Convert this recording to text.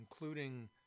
including